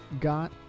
got